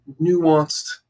nuanced